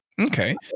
okay